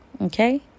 Okay